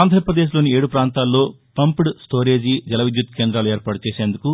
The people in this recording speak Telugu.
ఆంధ్రాప్రదేశ్ లోని ఏడు ప్రాంతాల్లో పంప్డ్ స్టోరేజీ జల విద్యుత్ కేంద్రాలు ఏర్పాటుచేసేందుకు